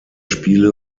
spiele